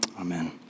amen